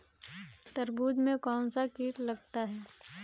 तरबूज में कौनसा कीट लगता है?